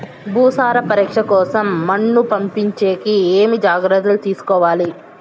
భూసార పరీక్ష కోసం మన్ను పంపించేకి ఏమి జాగ్రత్తలు తీసుకోవాలి?